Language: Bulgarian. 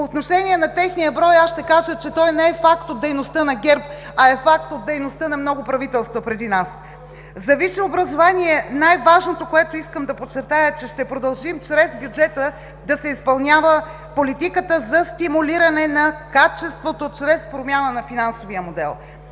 По отношение на техния брой ще кажа, че той не е факт от дейността на ГЕРБ, а е факт от дейността на много правителства преди нас. За висше образование – най-важното, което искам да подчертая, е, че ще продължи чрез бюджета да се изпълнява политиката за стимулиране на качеството чрез промяна на финансовия модел.